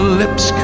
lips